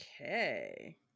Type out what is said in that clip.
Okay